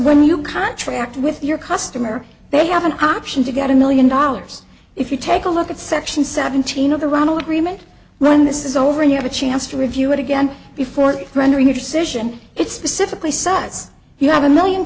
when you contract with your customer they have an option to get a million dollars if you take a look at section seventeen of the ronald remit when this is over and you have a chance to review it again before rendering a decision it specifically says you have a million